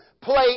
play